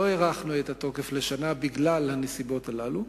הארכנו את התוקף בשנה בגלל הנסיבות הללו,